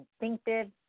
instinctive